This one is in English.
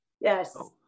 Yes